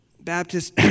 Baptist